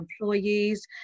employees